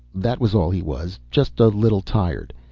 that was all he was, just a little tired.